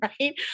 right